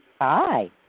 Hi